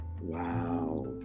wow